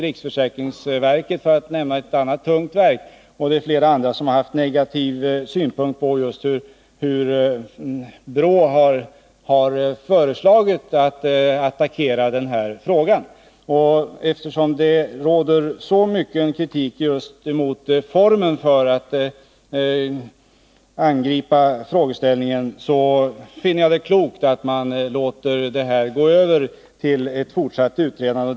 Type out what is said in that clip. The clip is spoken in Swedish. Riksförsäkringsverket — för att nämna ett annat tungt verk — och flera andra instanser har haft negativa synpunkter på BRÅ:s förslag om hur man skall attackera denna fråga. Eftersom det riktas så mycken kritik just mot formen för att angripa frågeställningen, finner jag det klokt att man låter den gå till fortsatt utredande.